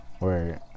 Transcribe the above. Right